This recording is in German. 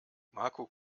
marco